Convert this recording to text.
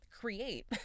create